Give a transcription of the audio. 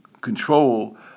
control